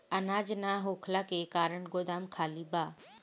अनाज ना होखला के कारण गोदाम खाली बा